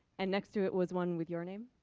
and next to it was one with your name,